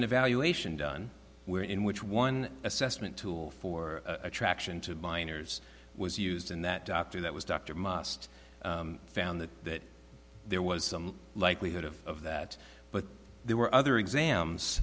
an evaluation done where in which one assessment tool for attraction to minors was used in that doctor that was doctor must found that there was some likelihood of that but there were other exams